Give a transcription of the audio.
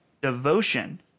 Devotion